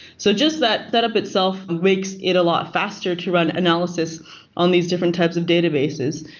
so just that setup itself makes it a lot faster to run analysis on these different types of databases.